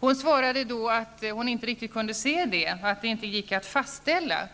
Hon svarade att hon inte riktigt kunde se det och att det inte gick fastställa.